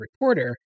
reporter